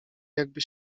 jakby